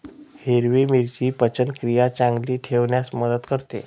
हिरवी मिरची पचनक्रिया चांगली ठेवण्यास मदत करते